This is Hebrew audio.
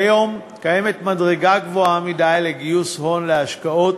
כיום קיימת מדרגה גבוהה מדי לגיוס הון להשקעות,